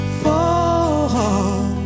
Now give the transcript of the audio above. fall